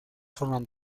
forman